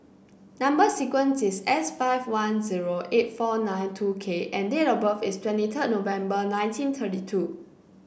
number sequence is S five one zero eight four nine two K and date of birth is twenty third November nineteen thirty two